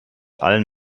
allen